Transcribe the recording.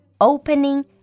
Opening